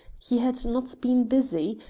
he had not been busy,